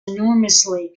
enormously